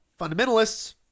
fundamentalists